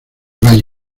valle